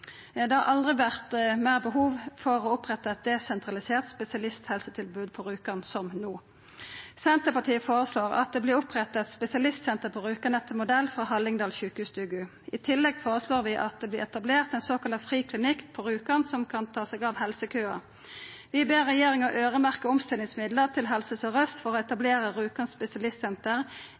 Det har aldri vore større behov for å oppretta eit desentralisert spesialisthelsetilbod på Rjukan enn no. Senterpartiet føreslår at det vert oppretta eit spesialistsenter på Rjukan etter modell frå Hallingdal Sjukestugu. I tillegg føreslår vi at det vert etablert ein såkalla friklinikk på Rjukan som kan ta seg av helsekøar. Vi ber regjeringa øyremerkja omstillingsmidlar til Helse Sør-Øst for å etablera Rjukan spesialistsenter,